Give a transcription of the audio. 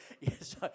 yes